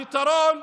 הפתרון: